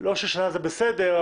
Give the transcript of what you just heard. לא ששנה זה בסדר,